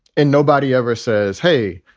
and nobody ever says, hey,